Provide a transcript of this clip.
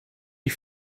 ich